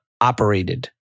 operated